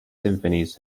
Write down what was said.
symphonies